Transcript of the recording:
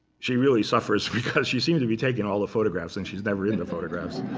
she really suffers because she seems to be taking all the photographs. and she's never in the photographs.